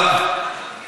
הצבעתם נגד.